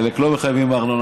בחלק לא מחייבים ארנונה.